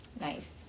Nice